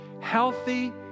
healthy